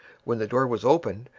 when the door was opened,